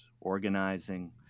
organizing